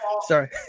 sorry